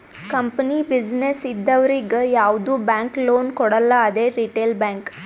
company, business ಇದ್ದವರಿಗ್ ಯಾವ್ದು bank loan ಕೊಡಲ್ಲ ಅದೇ ರಿಟೇಲ್ ಬ್ಯಾಂಕ್